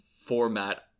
format